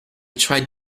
tried